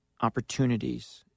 opportunities